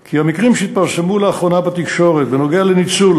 כי המקרים שהתפרסמו לאחרונה בתקשורת בנוגע לניצול,